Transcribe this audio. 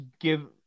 give